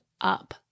up